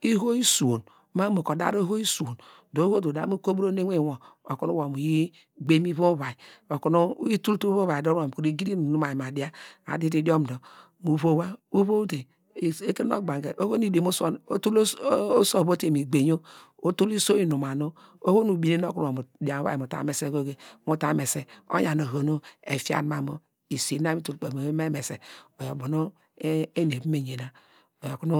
Eho iswon ma omo ka odare eho iswon dor oho dor uda mu kobrone inwinwor okunu wor mu yi gbe mu ivom uvai okunu uyi tul te ivom val mu yi gidi inum mai ma dia, adite idiom dor mu vowa uvowte ekire nu ogbagne oho nu idomosuwon otule oso- ovu otey mu igbeinyo otul iso inumano oho nu ubinen oku nu wor mu dian mu uvai mu ta mese goge mu ta mese, oyan oho nu efiam mamu esi na itul kpeyi ewey eta mese oyo ubo nu eni eva me yena, oyo okunu